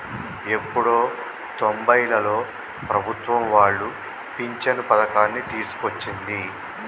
ఎప్పుడో తొంబైలలో ప్రభుత్వం వాళ్లు పించను పథకాన్ని తీసుకొచ్చింది